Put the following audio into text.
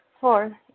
Four